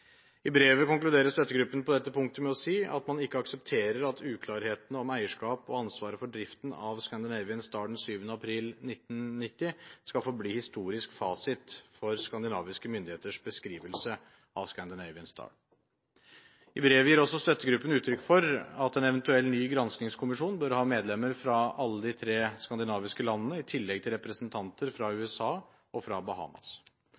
I brevet konkluderer støttegruppen på dette punktet med å si at man ikke aksepterer at uklarhetene om eierskap og ansvaret for driften av «Scandinavian Star» den 7. april 1990 skal få bli historisk fasit for skandinaviske myndigheters beskrivelse av «Scandinavian Star». I brevet gir også støttegruppen uttrykk for at en eventuell ny granskingskommisjon bør ha medlemmer fra alle de tre skandinaviske landene i tillegg til representanter fra USA og Bahamas.